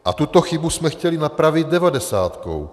A tuto chybu jsme chtěli napravit devadesátkou.